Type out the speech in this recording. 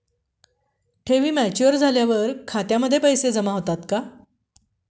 ठेवी मॅच्युअर झाल्यावर खात्यामध्ये पैसे जमा होतात का?